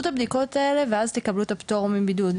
את הבדיקות האלה ואז תקבלו את הפטור מבידוד.